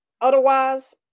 otherwise